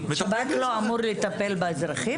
שב"כ לא אמור לטפל באזרחים?